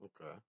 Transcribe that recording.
Okay